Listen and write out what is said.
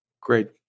Great